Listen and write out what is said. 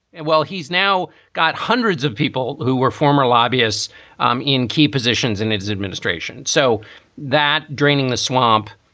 and well, he's now got hundreds of people who were former lobbyists um in key positions in in his administration so that draining the swamp